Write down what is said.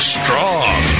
strong